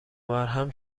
وبرهم